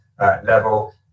level